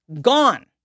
gone